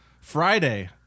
Friday